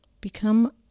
Become